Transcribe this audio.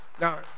now